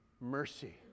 mercy